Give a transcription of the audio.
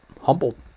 humbled